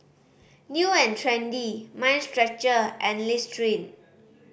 New and Trendy Mind Stretcher and Listerine